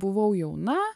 buvau jauna